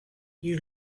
you